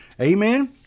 Amen